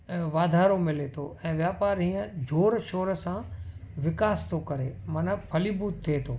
ऐं वाधारो मिले थो ऐं वापारु हीअं ज़ोर शोर सां विकास थो करे मना फलीभूत थिए थो